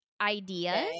Ideas